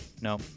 No